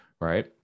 right